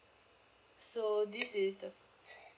so this is the